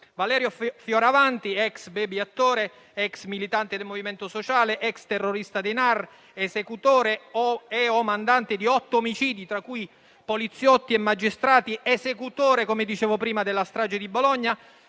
Valerio Fioravanti, ex baby attore, ex militante del Movimento Sociale, ex terrorista dei NAR, esecutore e/o mandante di otto omicidi, tra cui poliziotti e magistrati, esecutore - come dicevo